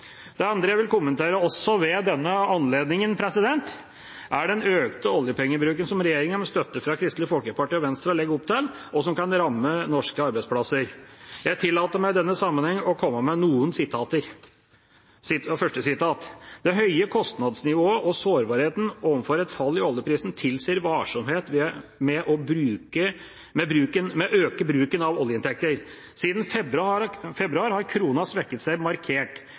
Det andre jeg vil kommentere ved denne anledningen, er den økte oljepengebruken som regjeringa, med støtte fra Kristelig Folkeparti og Venstre, legger opp til, og som kan ramme norske arbeidsplasser. Jeg tillater meg i denne sammenhengen å komme med noen sitater: «Det høye kostnadsnivået og sårbarheten overfor et fall i oljeprisen tilsier varsomhet med å øke bruken av oljeinntekter. Siden februar har krona svekket seg markert.